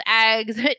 eggs